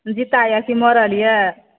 जिन्दा यऽ की मरल यऽ